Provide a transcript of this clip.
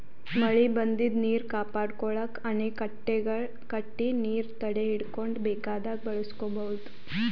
ಮಳಿ ಬಂದಿದ್ದ್ ನೀರ್ ಕಾಪಾಡ್ಕೊಳಕ್ಕ್ ಅಣೆಕಟ್ಟೆಗಳ್ ಕಟ್ಟಿ ನೀರ್ ತಡೆಹಿಡ್ಕೊಂಡ್ ಬೇಕಾದಾಗ್ ಬಳಸ್ಕೋಬಹುದ್